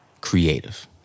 Creative